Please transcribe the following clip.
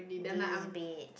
this bitch